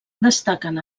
destaquen